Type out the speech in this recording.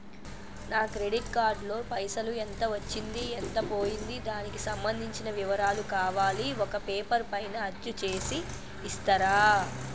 నా credit card లో పైసలు ఎంత వచ్చింది ఎంత పోయింది దానికి సంబంధించిన వివరాలు కావాలి ఒక పేపర్ పైన అచ్చు చేసి ఇస్తరా?